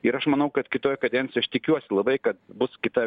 ir aš manau kad kitoj kadencijoj aš tikiuosi labai kad bus kita